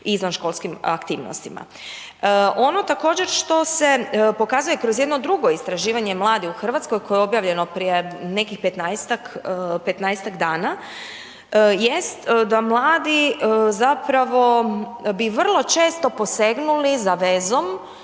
izvanškolskim aktivnostima. Ono također što se pokazuje kroz jedno drugo istraživanje mladih u Hrvatskoj, koje je obavljeno prije nekih 15-tak dana, jeste da mladi zapravo, bi vrlo često posegnuli za vezom